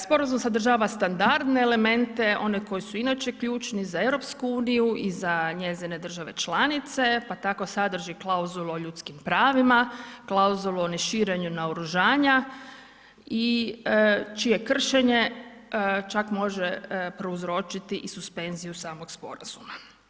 Sporazum standardne elemente, oni koji su inače ključni za EU i za njezine države članice pa tako sadrži klauzulu o ljudskim pravima, klauzulu o neširenju naoružanja i čije kršenje čak može prouzročiti i suspenziju samog sporazuma.